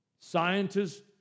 scientists